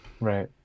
Right